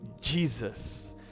Jesus